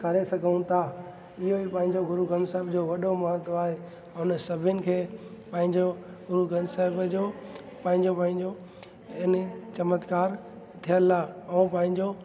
करे सघूं था इहो ई पंहिंजो गुरू ग्रंथ साहिब जो वॾो महत्तव आहे हुन सभिनि खे पंहिंजो गुरू ग्रंथ साहिब जो पंहिंजो पंहिंजो इन चम्तकार थियलु आहे ऐं पंहिंजो